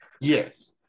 Yes